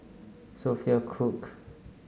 Sophia Cooke